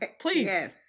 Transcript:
please